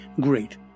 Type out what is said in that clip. great